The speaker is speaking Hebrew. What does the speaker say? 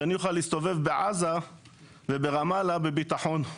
שאני אוכל להסתובב בעזה וברמאללה בביטחון,